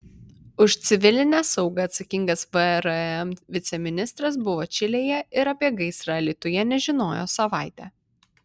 už civilinę saugą atsakingas vrm viceministras buvo čilėje ir apie gaisrą alytuje nežinojo savaitę